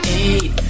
eight